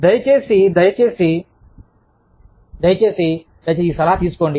దయచేసి దయచేసి దయచేసి దయచేసి ఈ సలహా తీసుకోండి